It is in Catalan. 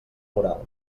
moral